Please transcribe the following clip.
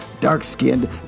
dark-skinned